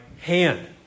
hand